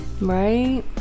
Right